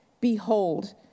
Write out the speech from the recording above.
behold